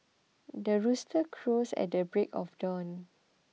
the rooster crows at the break of dawn